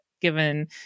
given